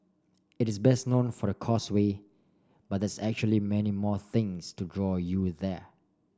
it is best known for the Causeway but there's actually many more things to draw you there